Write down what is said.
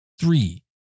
three